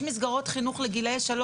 יש מסגרות חינוך לגילאי 3,